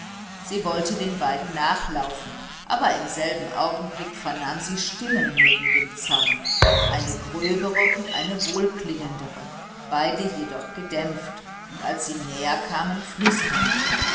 sie wollte den beiden nachlaufen aber im selben augenblick vernahm sie stimmen neben dem zaun eine gröbere und eine wohlklingendere beide jedoch gedämpft und als sie näher kamen flüsternd